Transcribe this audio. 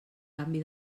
canvi